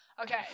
Okay